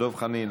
דב חנין,